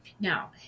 Now